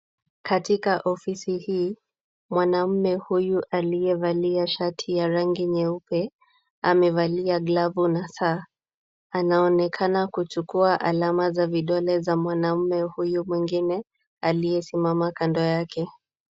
Katika ofisi hii mwanaume huyu aliyevalia shati ya rangi nyeupe amevalia glavu na saa. Anaonekana kuchukua alama za vidole za mwanaume huyu mwengine aliyesimama kando yake.